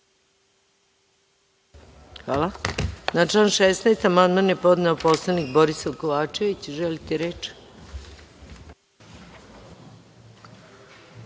Hvala .Na član 16. amandman je podneo poslanik Borisav Kovačević. Želite li reč?